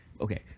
Okay